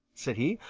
said he.